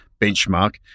benchmark